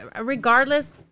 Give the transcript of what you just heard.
regardless